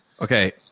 Okay